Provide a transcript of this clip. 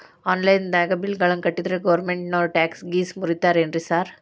Online ದಾಗ bill ಗಳನ್ನಾ ಕಟ್ಟದ್ರೆ ಗೋರ್ಮೆಂಟಿನೋರ್ ಟ್ಯಾಕ್ಸ್ ಗೇಸ್ ಮುರೇತಾರೆನ್ರಿ ಸಾರ್?